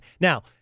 Now